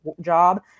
job